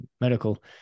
medical